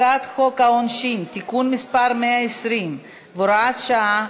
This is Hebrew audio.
הצעת חוק העונשין (תיקון מס' 120 והוראת שעה),